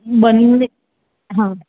બંદ હ